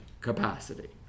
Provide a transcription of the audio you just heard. capacity